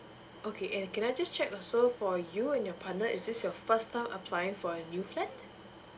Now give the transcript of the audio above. okay and can I just check also for you and your partner is this your first time applying for a new flat